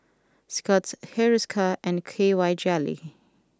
Scott's Hiruscar and K Y Jelly